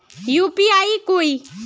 UPI कोई